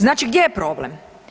Znači gdje je problem?